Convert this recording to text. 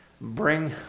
bring